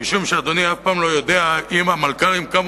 משום שאדוני אף פעם לא יודע אם המלכ"רים קמו